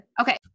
Okay